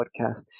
podcast